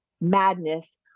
madness